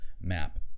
map